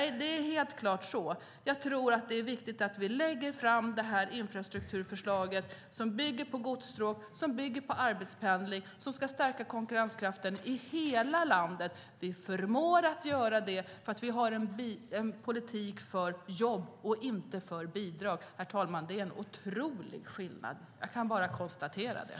Nej, det är helt klart att det är viktigt att vi lägger fram detta infrastrukturförslag, som bygger på godsstråk, som bygger på arbetspendling och som ska stärka konkurrenskraften i hela landet. Vi förmår att göra det, för vi har en politik för jobb och inte för bidrag. Herr talman! Det är en otrolig skillnad. Jag kan bara konstatera det.